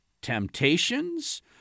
temptations